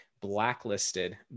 blacklisted